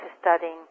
studying